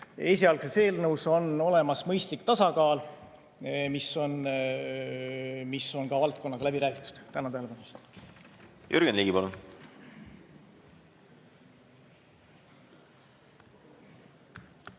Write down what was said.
esialgses eelnõus on olemas mõistlik tasakaal, mis on ka valdkonnaga läbi räägitud. Tänan tähelepanu eest! Jürgen Ligi,